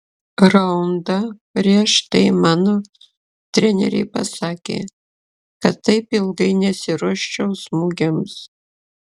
raundą prieš tai mano treneriai pasakė kad taip ilgai nesiruoščiau smūgiams